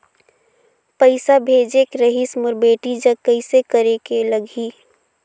पइसा भेजेक रहिस मोर बेटी जग कइसे करेके लगही?